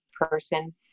person